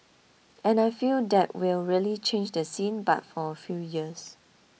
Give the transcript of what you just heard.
and I feel that will really change the scene but for a few years